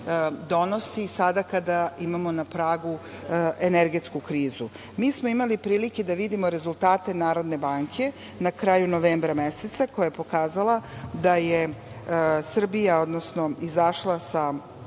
donosi sada kada imamo na pragu energetsku krizu. Mi smo imali prilike da vidimo rezultate NBS na kraju novembra meseca koja je pokazala da je Srbija izašla sa,